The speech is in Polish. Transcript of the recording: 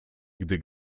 gdy